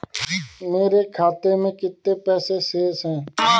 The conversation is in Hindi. मेरे खाते में कितने पैसे शेष हैं?